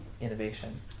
innovation